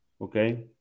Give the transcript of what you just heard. Okay